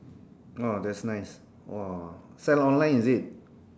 !wah! that's nice !wah! sell online is it